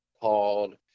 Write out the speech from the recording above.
called